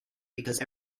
because